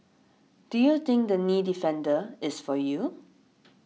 do you think the Knee Defender is for you